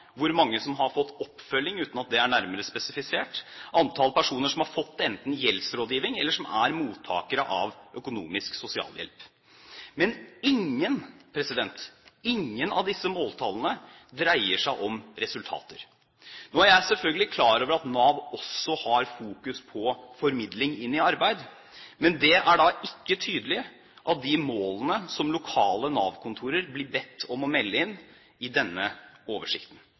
hvor mange som har fått oppfølging – uten at det er nærmere spesifisert – og antall personer som har fått enten gjeldsrådgiving, eller som er mottakere av økonomisk sosialhjelp. Men ingen av disse måltallene dreier seg om resultater. Jeg er selvfølgelig klar over at Nav også har fokus på formidling inn i arbeid, men det er ikke tydelig av de målene som lokale Nav-kontorer blir bedt om å melde inn i denne oversikten.